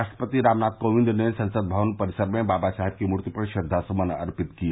राष्ट्रपति रामनाथ कोविंद ने संसद भवन परिसर में बाबा साहेब की मूर्ति पर श्रद्वासमन अर्पित किए